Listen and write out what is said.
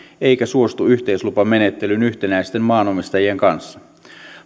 eikä suostu yhteislupamenettelyyn yhtenäisten maanomistajien kanssa